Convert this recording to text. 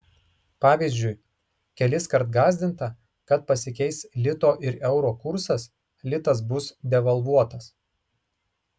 pavyzdžiui keliskart gąsdinta kad pasikeis lito ir euro kursas litas bus devalvuotas